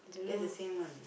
that's the same one